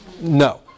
No